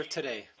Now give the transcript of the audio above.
today